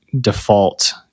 default